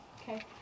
Okay